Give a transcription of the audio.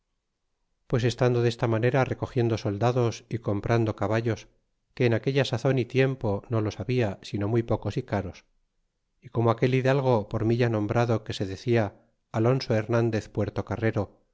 pues estando desta manera recogiendo soldados y comprando caballos que en aquella sazon é tiempo no los habia sino muy pocos y caros y como aquel hidalgo por mí ya nombrado que se decia alonso hernandez